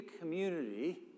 community